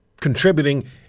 contributing